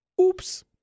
Oops